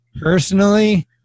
personally